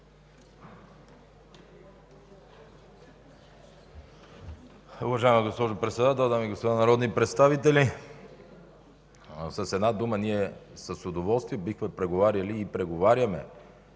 Уважаема госпожо Председател, дами и господа народни представители, с една дума ние с удоволствие бихме преговаряли и преговаряме,